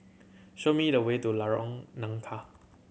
show me the way to Lorong Nangka